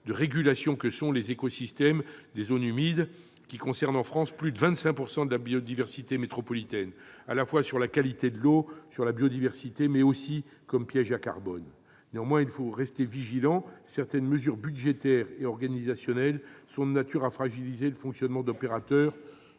de régulation que sont les écosystèmes des zones humides, qui concernent en France plus de 25 % de la biodiversité métropolitaine, en termes de qualité de l'eau, de biodiversité et de piège à carbone. Néanmoins, il convient de rester vigilant, certaines mesures budgétaires et organisationnelles sont de nature à fragiliser le fonctionnement d'opérateurs